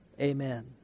amen